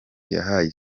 yahaye